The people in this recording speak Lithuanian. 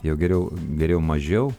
jau geriau geriau mažiau